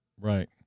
Right